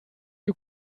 you